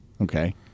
Okay